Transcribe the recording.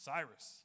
Cyrus